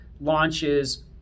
launches